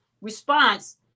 response